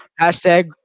Hashtag